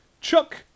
Chuck